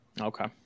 Okay